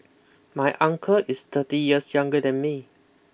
my uncle is thirty years younger than me